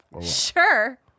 Sure